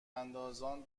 اندازان